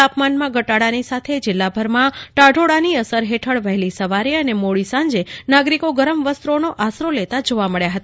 તાપમાનમાં ઘટાડાની સાથે જીલ્લા ભરમાં ટાઢોળાની અસર હેઠળ વહેલી સવાર અને મોદી સાંજે નાગરીકો ગરમ વસ્ત્રોનો આશરો લેતા જોવા મબ્યા હતા